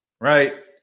Right